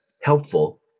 helpful